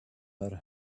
her